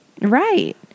Right